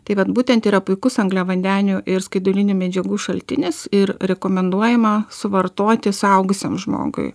tai vat būtent yra puikus angliavandenių ir skaidulinių medžiagų šaltinis ir rekomenduojama suvartoti suaugusiam žmogui